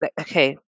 okay